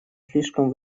слишком